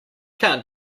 can’t